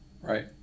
right